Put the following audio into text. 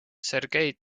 sergei